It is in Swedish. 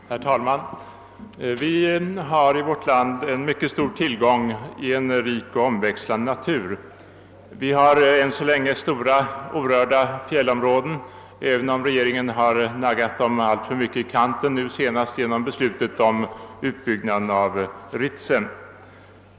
Herr talman! Vi har i vårt land en mycket stor tillgång i en rik och omväxlande natur. Vi har än så länge stora orörda fjällområden, även om regeringen har naggat dem alltför mycket i kanten, nu senast genom beslutet om utbyggnad av Ritsem.